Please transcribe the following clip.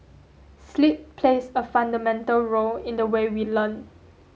sleep plays a fundamental role in the way we learn